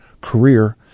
career